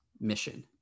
mission